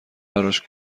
براش